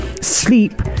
sleep